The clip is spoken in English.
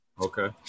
Okay